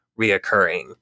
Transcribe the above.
reoccurring